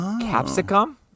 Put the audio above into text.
capsicum